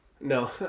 No